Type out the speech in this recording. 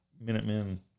Minutemen